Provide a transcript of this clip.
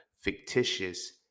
fictitious